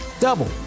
double